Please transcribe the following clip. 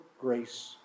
grace